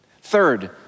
Third